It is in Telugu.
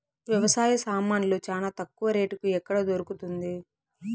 వ్యవసాయ సామాన్లు చానా తక్కువ రేటుకి ఎక్కడ దొరుకుతుంది?